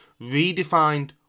redefined